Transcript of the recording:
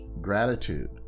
gratitude